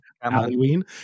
Halloween